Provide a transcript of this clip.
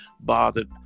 bothered